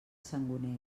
sangonera